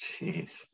Jeez